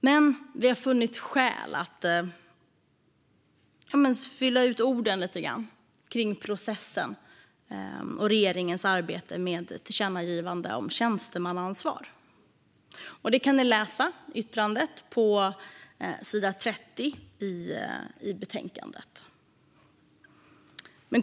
Men vi har funnit skäl att fylla ut orden lite grann kring processen och regeringens arbete med tillkännagivandet om tjänstemannaansvar. Ni kan läsa yttrandet på sidan 30 i betänkandet.